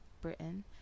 Britain